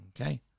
Okay